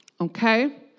Okay